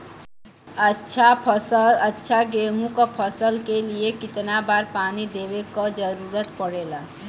अच्छा गेहूँ क फसल के लिए कितना बार पानी देवे क जरूरत पड़ेला?